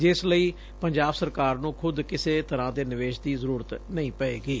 ਜਿਸ ਲਈ ਪੰਜਾਬ ਸਰਕਾਰ ਨੁੰ ਕਿਸੇ ਤਰ੍ਹਾਂ ਦੇ ਨਿਵੇਸ਼ ਦੀ ਜ਼ਰੁਰਤ ਨਹੀਂ ਪਵੇਗੀ